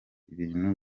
ibintu